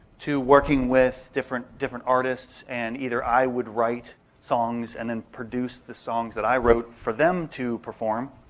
to working with different different artists and either i would write songs and then produce the songs that i wrote for them to perform,